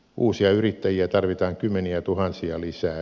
uusia yrittäjiä tarvitaan kymmeniätuhansia lisää